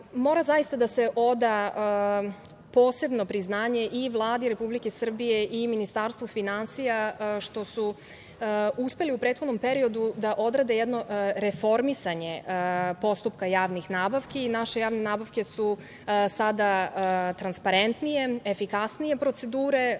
zaista da se oda posebno priznanje i Vladi Republike Srbije i Ministarstvu finansija što su uspeli u prethodnom periodu da odrade jedno reformisanje postupka javnih nabavki. Naše javne nabavke su sada transparentnije, efikasnije procedure